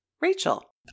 Rachel